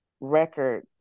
record